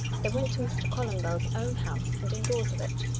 they went to mr. columbell's own house, and indoors of it.